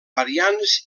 variants